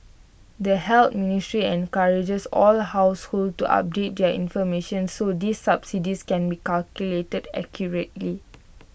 the health ministry encourages all households to update their information so these subsidies can be calculated accurately